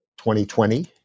2020